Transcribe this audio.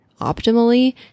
optimally